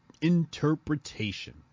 interpretation